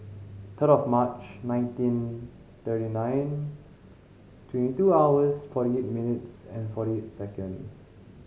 third of March nineteen thirty nine twenty two hours forty eight minutes and forty eight seconds